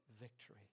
victory